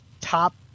top